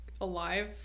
alive